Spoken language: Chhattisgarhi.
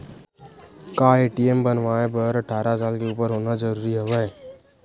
का ए.टी.एम बनवाय बर अट्ठारह साल के उपर होना जरूरी हवय?